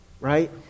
right